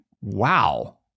wow